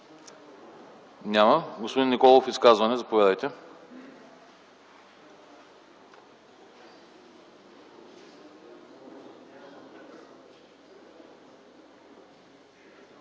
Няма. Господин Николов – изказване. Заповядайте.